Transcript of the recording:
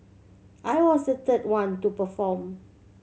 I was the third one to perform